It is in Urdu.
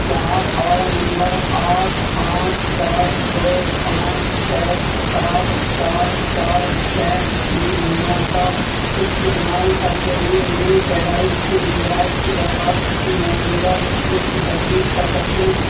کیا آپ حوالہ نمبر آٹھ پانچ چار دو پانچ چھ چار چار چار چھ تین نو کا استعمال کرتے ہوئے میری پیدائش کے اندراج کی درخواست کی موجودہ حیثیت کی تصدیق کر سکتے ہیں